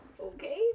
Okay